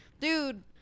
dude